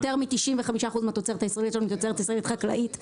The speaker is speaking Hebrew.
יותר מ-95% מהתוצרת הישראלית שלנו היא תוצרת ישראלית חקלאית.